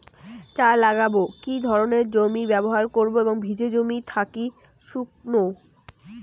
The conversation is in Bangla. চা লাগাবো কি ধরনের জমি ব্যবহার করব ভিজে জমি নাকি শুকনো?